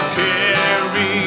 carry